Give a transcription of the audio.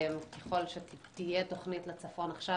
ככל שתהיה תוכנית לצפון עכשיו,